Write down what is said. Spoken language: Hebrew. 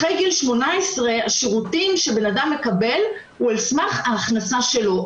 אחרי גיל 18 השירותים שבן אדם מקבל הם על סמך ההכנסה שלו,